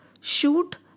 shoot